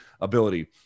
ability